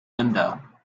linda